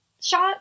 shot